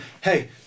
hey